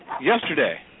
yesterday